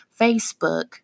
Facebook